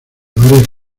varias